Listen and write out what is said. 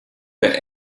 der